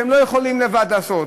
שלא יכולים לבד לעשות,